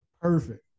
Perfect